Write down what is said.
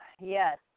Yes